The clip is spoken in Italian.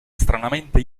stranamente